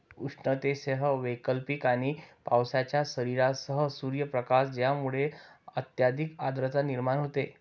उष्णतेसह वैकल्पिक आणि पावसाच्या सरींसह सूर्यप्रकाश ज्यामुळे अत्यधिक आर्द्रता निर्माण होते